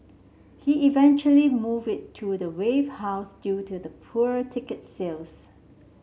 he eventually moved it to Wave House due to the poor ticket sales